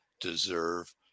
deserve